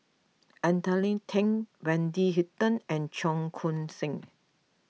Anthony then Wendy Hutton and Cheong Koon Seng